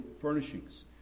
furnishings